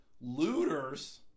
looters